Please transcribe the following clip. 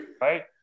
Right